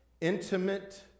intimate